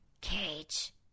Cage